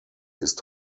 ist